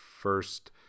first